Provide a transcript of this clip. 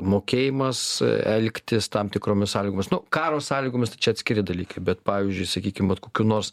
mokėjimas elgtis tam tikromis sąlygomis nu karo sąlygomis čia atskiri dalykai bet pavyzdžiui sakykim vat kokių nors